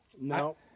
No